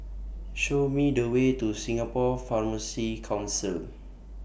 Show Me The Way to Singapore Pharmacy Council